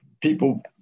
people